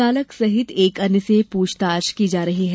चालक सहित एक अन्य से पुछताछ की जा रही है